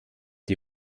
die